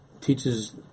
teaches